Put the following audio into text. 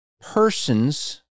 persons